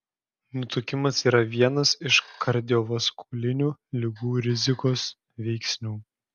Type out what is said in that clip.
nutukimas yra vienas iš kardiovaskulinių ligų rizikos veiksnių